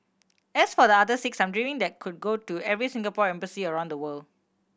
as for the other six I'm dreaming that could go to every Singapore embassy around the world